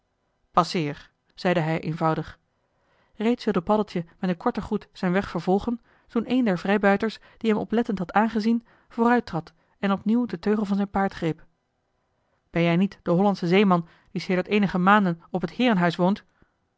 passeer zeide hij eenvoudig reeds wilde paddeltje met een korten groet zijn weg vervolgen toen een der vrijbuiters die hem oplettend had aangezien vooruit trad en opnieuw den teugel van zijn paard greep ben jij niet de hollandsche zeeman die sedert eenige maanden op het heerenhuis woont